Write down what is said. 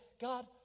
God